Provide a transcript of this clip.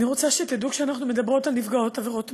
אני רוצה שתדעו כשאנחנו מדברות על נפגעות עבירות מין,